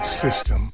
system